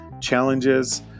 challenges